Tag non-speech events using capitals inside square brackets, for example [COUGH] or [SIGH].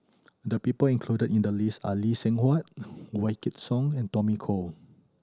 the people included in the list are Lee Seng Huat [NOISE] Wykidd Song and Tommy Koh